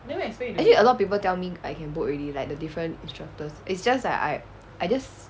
actually a lot of people tell me I can book already like the different instructors it's just that I I just